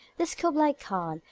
this kublai-khan,